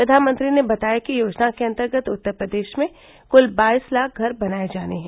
प्रधानमंत्री ने बताया कि योजना के अंतर्गत उत्तरप्रदेश में क्ल बाईस लाख घर बनाए जाने हैं